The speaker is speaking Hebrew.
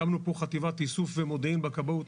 הקמנו פה חטיבת איסוף ומודיעין בכבאות,